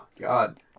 god